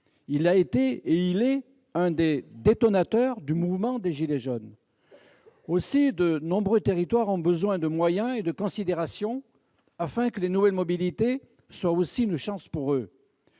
Il a été et il est l'un des détonateurs du mouvement des « gilets jaunes ». Or de nombreux territoires ont besoin de moyens et de considération afin que les nouvelles mobilités soient aussi une chance pour eux.